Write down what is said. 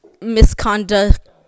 misconduct